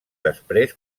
després